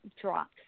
drops